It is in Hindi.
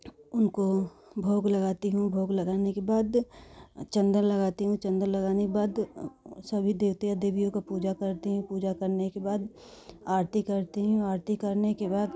उनको भोग लगाती हूँ भोग लगाने के बाद चन्दन लगाती हूँ चन्दन लगाने के बाद सभी देवता देवियों को पूजा करती हूँ पूजा करने के बाद आरती करती हूँ आरती करने के बाद